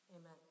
amen